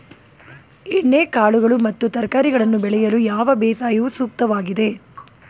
ಎಣ್ಣೆಕಾಳುಗಳು ಮತ್ತು ತರಕಾರಿಗಳನ್ನು ಬೆಳೆಯಲು ಯಾವ ಬೇಸಾಯವು ಸೂಕ್ತವಾಗಿದೆ?